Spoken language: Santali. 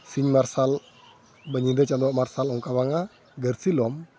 ᱥᱤᱧ ᱢᱟᱨᱥᱟᱞ ᱧᱤᱫᱟᱹ ᱪᱟᱸᱫᱳᱣᱟᱜ ᱢᱟᱨᱥᱟᱞ ᱚᱱᱠᱟ ᱵᱟᱝᱟ ᱜᱟᱨᱥᱤᱞᱚᱢ